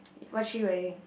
what's she wearing